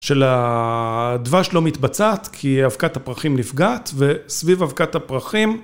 של הדבש לא מתבצעת כי אבקת הפרחים נפגעת וסביב אבקת הפרחים